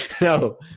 no